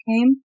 came